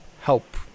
help